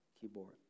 keyboard